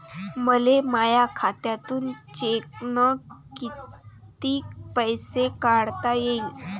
मले माया खात्यातून चेकनं कितीक पैसे काढता येईन?